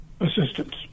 assistance